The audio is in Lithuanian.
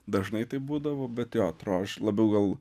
dažnai taip būdavo bet jo atrodo aš labiau gal